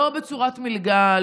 לא בצורת מלגה,